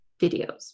videos